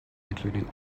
including